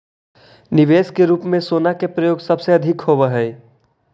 निवेश के रूप में सोना के प्रयोग सबसे अधिक होवऽ हई